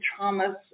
traumas